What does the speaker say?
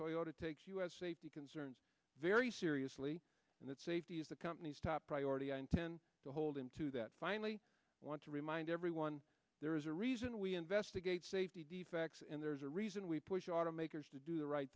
toyota takes us safety concerns very seriously and that safety is the company's top priority i intend to hold him to that finally i want to remind everyone there is a reason we investigate safety defects and there's a reason we push automakers to do the right